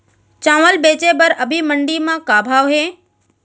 चांवल बेचे बर अभी मंडी म का भाव हे?